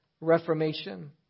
Reformation